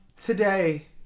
today